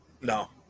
no